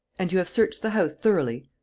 and you have searched the house thoroughly?